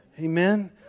Amen